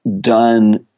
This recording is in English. done